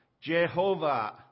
Jehovah